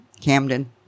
Camden